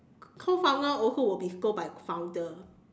co founder also will be scold by founder